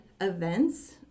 events